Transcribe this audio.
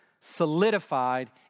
solidified